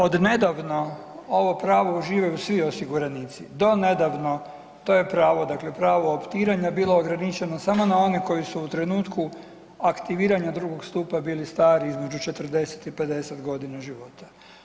Od nedavno ovo pravo uživaju svi osiguranici, do nedavno to je pravo dakle pravo optiranja bilo ograničeno samo na one koji su u trenutku aktiviranja drugog stupa bili stari između 40 i 50 godina života.